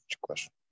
question